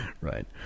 Right